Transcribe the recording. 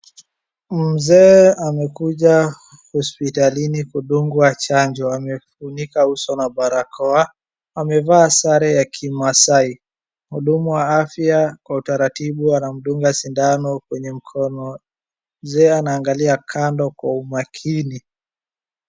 Mzee amekuja hospitalini kudungwa chanjo. Amefunika uso na barakoa , amevaa sare ya kimaasai. Mhudumu wa afya kwa utaratibu anamdunga sindano kwenye mkono , mzee anaangalia kando kwa umakini.